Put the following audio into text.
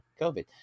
COVID